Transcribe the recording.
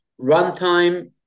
runtime